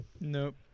nope